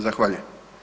Zahvaljujem.